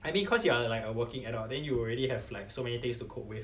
I mean cause you are like a working adult then you already have like so many things to cope with